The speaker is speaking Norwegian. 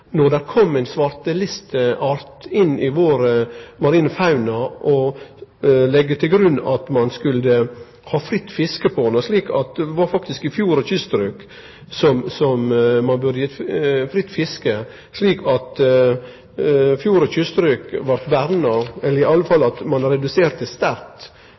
når det kom ein svartelisteart inn i vår marine fauna, å leggje til grunn at ein skulle ha fritt fiske på han, og at ein faktisk i fjord- og kyststrøk burde hatt fritt fiske, slik at òg fjord- og kyststrøk blei verna – eller at ein sterkt reduserte kongekrabbebestanden for å kunne byggje opp nettopp den faunaen som har